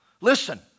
Listen